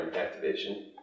activation